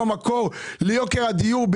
שהם המקור ליוקר הדיור.